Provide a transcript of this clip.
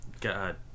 God